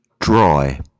dry